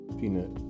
peanut